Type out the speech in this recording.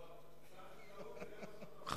לא, שר החקלאות זה רבע שר התמ"ת.